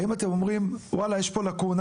האם אתם אומרים וואלה יש פה לקונה,